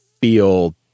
feel